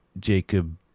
jacob